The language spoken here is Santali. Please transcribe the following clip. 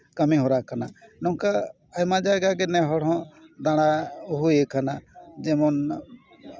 ᱠᱟᱹᱢᱤ ᱦᱚᱨᱟ ᱠᱟᱱᱟ ᱱᱚᱝᱠᱟ ᱟᱭᱢᱟ ᱡᱟᱭᱜᱟ ᱜᱮ ᱱᱮ ᱦᱚᱲ ᱦᱚᱸ ᱫᱟᱬᱟ ᱦᱩᱭ ᱠᱟᱱᱟ ᱡᱮᱢᱚᱱ